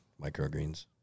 microgreens